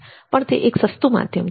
પણ તે એક સસ્તું માધ્યમ છે